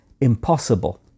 impossible